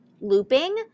looping